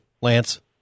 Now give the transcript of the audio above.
Lance